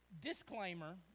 disclaimer